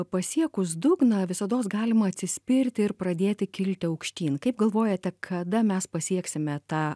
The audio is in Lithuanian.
pasiekus dugną visados galima atsispirti ir pradėti kilti aukštyn kaip galvojate kada mes pasieksime tą